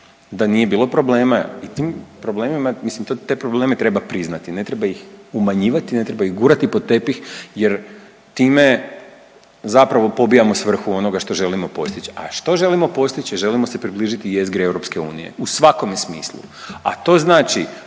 da nije bilo problema i tim problemima, mislim te probleme treba priznati, ne treba ih umanjivati, ne treba ih gurati pod tepih jer time zapravo pobijamo svrhu onoga što želimo postić, a što želimo postići, želimo se približiti jezgri EU u svakome smislu, a to znači